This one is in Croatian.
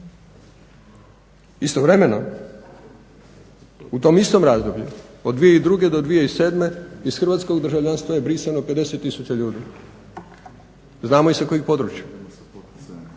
Istovremeno u tom istom razdoblju od 2002. do 2007. iz hrvatskog državljanstva je brisano 50 tisuća ljudi. Znamo i sa kojih područja